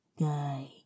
Guy